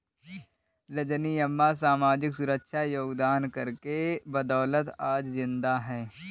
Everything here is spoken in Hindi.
रजनी अम्मा सामाजिक सुरक्षा योगदान कर के बदौलत आज जिंदा है